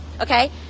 okay